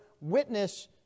witness